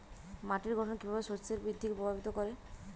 মাটির গঠন কীভাবে শস্যের বৃদ্ধিকে প্রভাবিত করে?